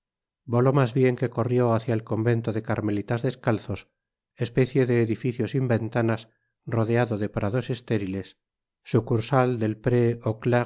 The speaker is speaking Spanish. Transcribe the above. voló mas bien que corrió hacia el convento de carmelitas descalzos especie de edificio sin ventanas rodeado de prados estériles sucursal del